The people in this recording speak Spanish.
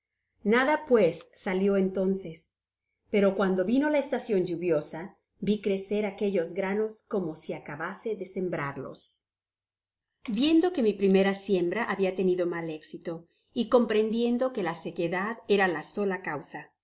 nada pues salió entonces pero cuando vino la estacion lluviosa vi crecer aquellos granos como si acabase de sembrarlos viendo que mi primera siembra habia tenido mal éxito y comprendiendo que la sequedad erala sola causa